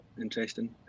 interesting